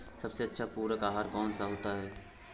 सबसे अच्छा पूरक आहार कौन सा होता है?